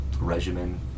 regimen